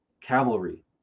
cavalry